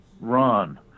run